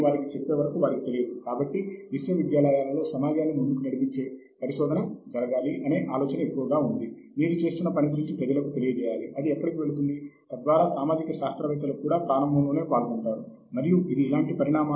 మొదటి మార్గం ప్రపంచంలోని ప్రతి ఒక్కరికీ స్పష్టంగా అందుబాటులో ఉంది అది ఓపెన్ యాక్సెస్